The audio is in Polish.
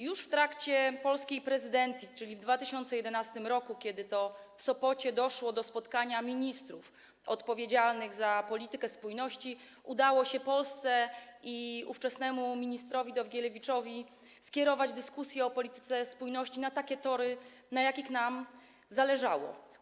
Już w trakcie polskiej prezydencji, czyli w 2011 r., kiedy to w Sopocie doszło do spotkania ministrów odpowiedzialnych za politykę spójności, udało się Polsce i ówczesnemu ministrowi Dowgielewiczowi skierować dyskusję o polityce spójności na takie tory, na jakich nam zależało.